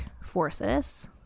forces